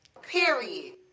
period